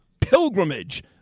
pilgrimage